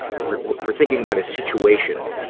ah we're we're thinking about a situation.